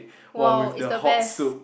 !wow! it's the best